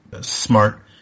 smart